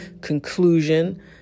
conclusion